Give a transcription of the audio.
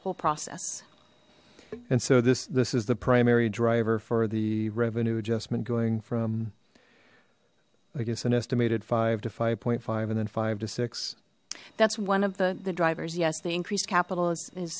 whole process and so this this is the primary driver for the revenue adjustment going from i guess an estimated five to five point five and then five to six that's one of the the drivers yes the increased capital